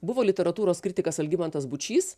buvo literatūros kritikas algimantas bučys